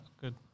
good